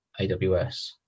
AWS